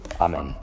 Amen